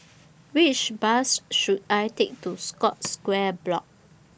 Which Bus should I Take to Scotts Square Block